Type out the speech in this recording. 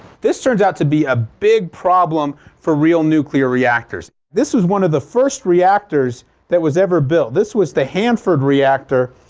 this turns out to be a big problem for real nuclear reactors. this was one of the first reactors that was ever built this was the hanford reactor.